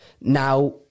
Now